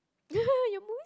your mood